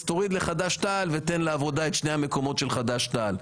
אז תוריד לחד"ש-תע"ל ותן לעבודה את שני המקומות של חדש-תע"ל.